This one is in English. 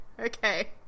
Okay